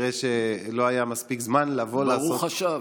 כנראה לא היה מספיק זמן לבוא, ברוך השב.